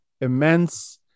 immense